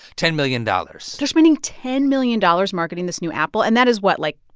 ten million dollars they're spending ten million dollars marketing this new apple. and that is what? like,